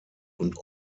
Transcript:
und